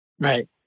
Right